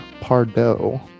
Pardo